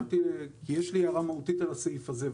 יש לי הערה מהותית לסעיף הזה,